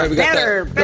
um better,